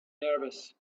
nervous